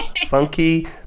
Funky